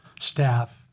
staff